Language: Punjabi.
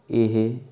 ਇਹ